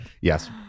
Yes